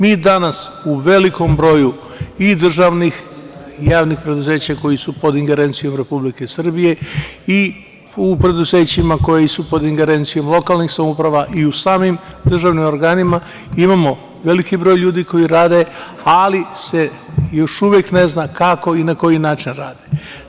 Mi danas u velikom broju i državnih i javnih preduzeća koja su pod ingerencijom Republike Srbije, i u preduzećima koja su pod ingerencijom lokalnih samouprava i u samim državnim organima, imamo veliki broj ljudi koji rade, ali se još uvek ne zna kako i na koji način rade.